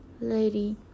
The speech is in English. lady